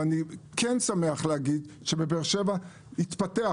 אני שמח להגיד שבבאר שבע התפתח,